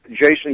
Jason